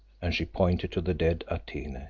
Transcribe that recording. and she pointed to the dead atene.